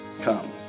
come